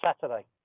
Saturday